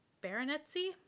baronetcy